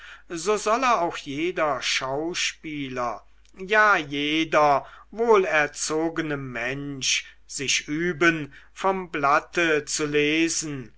so solle auch jeder schauspieler ja jeder wohlerzogene mensch sich üben vom blatte zu lesen